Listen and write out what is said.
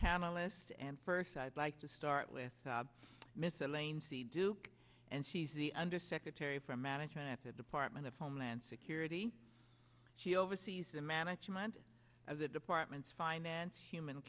panelist and first i'd like to start with sob misaligned see duke and she's the undersecretary for management at the department of homeland security she oversees the management of the departments finance human